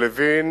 להררית.